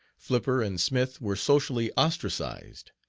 flipper and smith were socially ostracized.